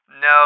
No